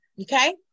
Okay